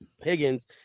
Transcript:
Higgins